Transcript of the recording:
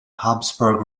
habsburg